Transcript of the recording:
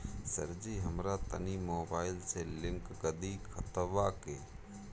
सरजी हमरा तनी मोबाइल से लिंक कदी खतबा के